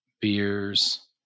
beers